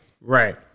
Right